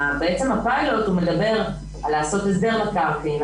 בעצם הפיילוט מדבר על לעשות הסדר מקרקעין,